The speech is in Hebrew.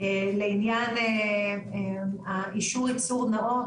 למותר ליון אגס, לשמור ב-18 מעלות